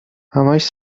همش